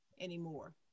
anymore